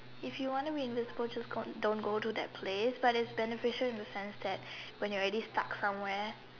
if you want be invisible just go don't go to that place but its beneficial in the sense that when you're already stuck somewhere